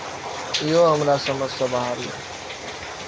corporate वित्त मे कंपनीक मुख्य उद्देश्य कंपनीक मूल्य कें बढ़ेनाय होइ छै